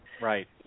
Right